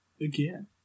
Again